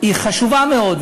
היא חשובה מאוד,